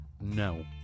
No